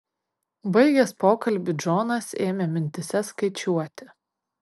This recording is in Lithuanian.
baigęs pokalbį džonas ėmė mintyse skaičiuoti